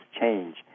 change